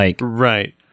Right